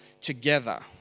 together